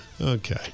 Okay